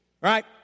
right